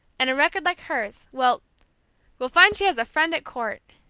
and a record like hers, will will find she has a friend at court!